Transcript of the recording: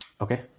Okay